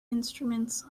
instruments